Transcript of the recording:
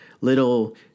little